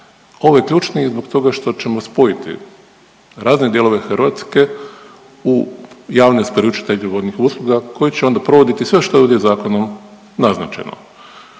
Ovaj je ključniji zbog toga što ćemo spojiti razne dijelove u javne isporučitelje vodnih usluga koji će onda provoditi sve što je ovdje zakonom naznačeno.